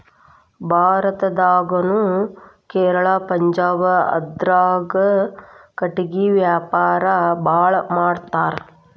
ಭಾರತದಾಗುನು ಕೇರಳಾ ಪಂಜಾಬ ಆಂದ್ರಾದಾಗ ಕಟಗಿ ವ್ಯಾವಾರಾ ಬಾಳ ಮಾಡತಾರ